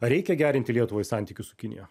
ar reikia gerinti lietuvai santykius su kinija